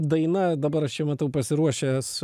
daina dabar aš čia matau pasiruošęs